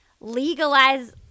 legalize